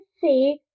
see